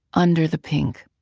under the pink.